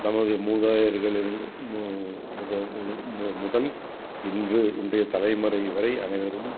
நமது மூதாதையர்கள் என்னும் மு முத முது மு முதல் இன்று இன்றைய தலைமுறை வரை அனைவரும்